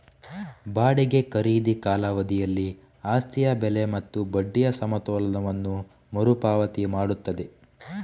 ಬಾಡಿಗೆ ಖರೀದಿ ಕಾಲಾವಧಿಯಲ್ಲಿ ಆಸ್ತಿಯ ಬೆಲೆ ಮತ್ತು ಬಡ್ಡಿಯ ಸಮತೋಲನವನ್ನು ಮರು ಪಾವತಿ ಮಾಡುತ್ತದೆ